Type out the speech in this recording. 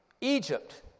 Egypt